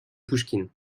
pouchkine